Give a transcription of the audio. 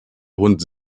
hund